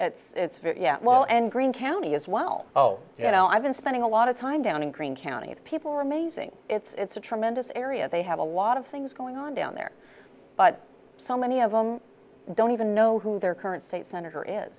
at its very well and green county as well oh you know i've been spending a lot of time down in green county and people are amazing it's a tremendous area they have a lot of things going on down there but so many of them don't even know who their current state senator